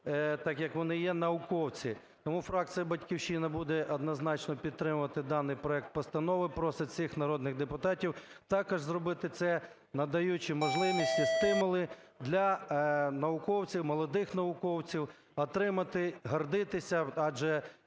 так як вони є науковці. Тому фракція "Батьківщина" буде однозначно підтримувати даний проект постанови. Просить всіх народних депутатів також зробити це, надаючи можливість і стимули для науковців, молодих науковців отримати, гордитися. Адже